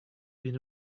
been